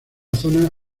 zona